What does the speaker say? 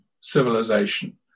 civilization